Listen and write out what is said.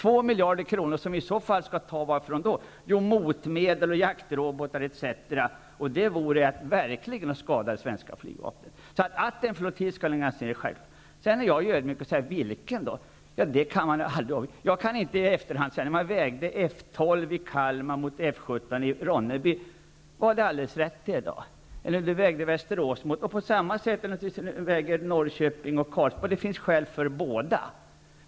Varifrån skall de i så fall tas? Jo, från motmedel, jaktrobotar, etc. Det vore verkligen att skada det svenska flygvapnet. Att en flottilj skall läggas ned är självklart. Sedan är jag ödmjuk och säger: Vilken som bör läggas ned kan man inte objektivt avgöra. När vi vägde F 12 i Kalmar mot F 17 i Ronneby -- var det alldeles rätt det? Det kan jag inte i efterhand säga. På samma sätt är det naturligtvis när vi väger Norrköping mot Karlsborg. Det finns skäl för båda.